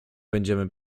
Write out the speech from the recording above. będziemy